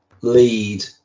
lead